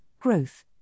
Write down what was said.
growth